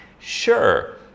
Sure